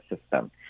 system